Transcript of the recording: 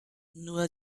nur